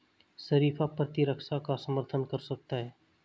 शरीफा प्रतिरक्षा का समर्थन कर सकता है